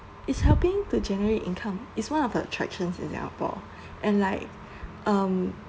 it's helping to generate income it's one of attractions in singapore and like um